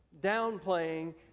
downplaying